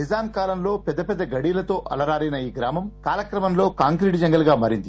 నిజాం కాలంలో పెద్ద పెద్ద గడీలతో అలరారిన ఈ గ్రామం కాలక్రమంలో కాంక్రిట్ జంగిల్గా మారింది